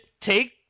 take